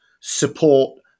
support